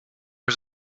was